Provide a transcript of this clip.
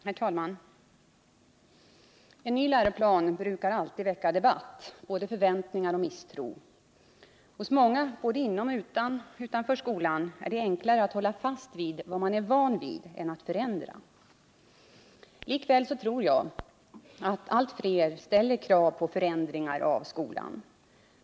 Herr talman! En ny läroplan brukar alltid väcka debatt, både förväntningar och missstro. Hos många både inom och utom skolan är det enklare att hålla fast vid det man är van vid än att förändra. Likväl tror jag att allt fler ställer krav på förändringar av skolan.